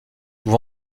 vous